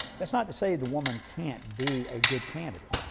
that's not to say the woman can't be a good candidate.